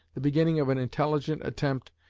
the beginning of an intelligent attempt,